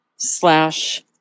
Slash